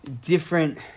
different